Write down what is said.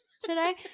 today